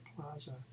plaza